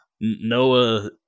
Noah